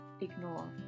ignore